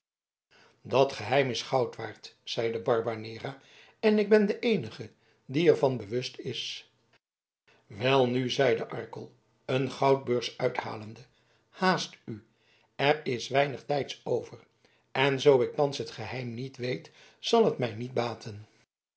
dat geheim is goud waard zeide barbanera en ik ben de eenige die er van bewust is welnu zeide arkel een goudbeurs uithalende haast u er is weinig tijds over en zoo ik thans het geheim niet weet zal het mij niet baten